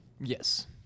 Yes